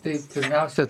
tai pirmiausia